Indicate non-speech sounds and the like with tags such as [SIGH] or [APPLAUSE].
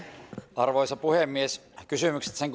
arvoisa puhemies kysymykset sen [UNINTELLIGIBLE]